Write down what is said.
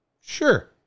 Sure